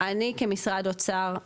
אני כמשרד אוצר,